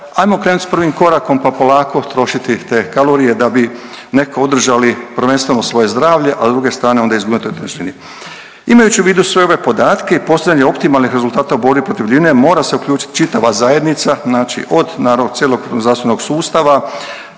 ajmo krenut s prvim korakom, pa polako trošiti te kalorije da bi nekako održali prvenstveno svoje zdravlje, a s druge strane onda izgubili …/Govornik se ne razumije/…. Imajući u vidu sve ove podatke i postavljanje optimalnih rezultata u borbi protiv debljine mora se uključit čitava zajednica, znači od naravno cijelog zdravstvenog sustava,